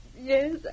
Yes